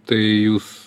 tai jūs